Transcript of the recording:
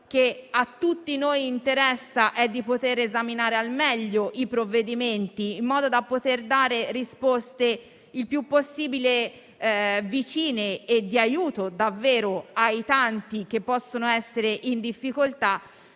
che a tutti noi interessa è poter esaminare al meglio i provvedimenti, in modo da poter dare risposte il più possibile vicine e di vero aiuto ai tanti che possono essere in difficoltà.